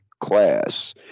class